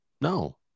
No